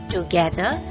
Together